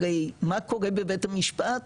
הרי מה קורה בבית המשפט?